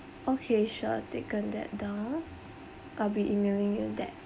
okay sure taken that down I'll be emailing you that